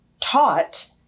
taught